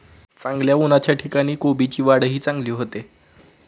चांगल्या उन्हाच्या ठिकाणी कोबीची वाढही चांगली होते